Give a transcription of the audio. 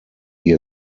wie